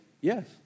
Yes